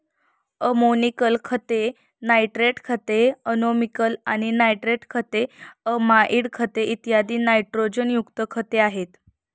ammoniacal खते, nitrate खते, ammoniacal आणि नायट्रेट खते, अमाइड खते, इत्यादी नायट्रोजनयुक्त खते आहेत